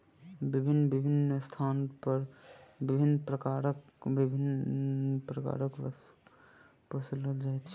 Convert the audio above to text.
भिन्न भिन्न स्थान पर विभिन्न प्रकारक पशु के पोसल जाइत छै